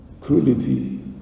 cruelty